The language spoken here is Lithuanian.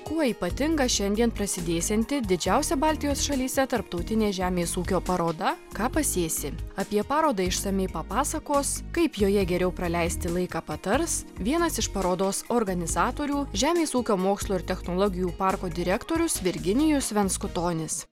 kuo ypatinga šiandien prasidėsianti didžiausia baltijos šalyse tarptautinė žemės ūkio paroda ką pasėsi apie parodą išsamiai papasakos kaip joje geriau praleisti laiką patars vienas iš parodos organizatorių žemės ūkio mokslo ir technologijų parko direktorius virginijus venskutonis